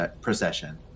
procession